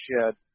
shed